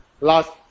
last